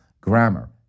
Grammar